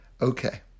Okay